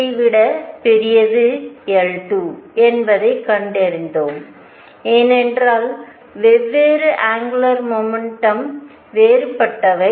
L3 விட L2 பெரியது என்பதை கண்டறிந்தோம் ஏனென்றால் வெவ்வேறு அங்குலார் மொமெண்டம் வேறுபட்டவை